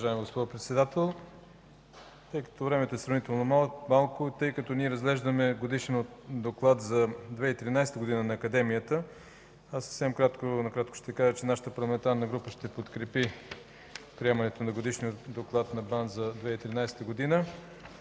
Времето е сравнително малко, но тъй като разглеждаме Годишния доклад за 2013 г. на Академията, аз съвсем накратко ще кажа, че нашата парламентарна група ще подкрепи приемането на Годишния доклад на БАН за 2013 г.